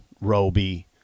roby